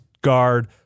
guard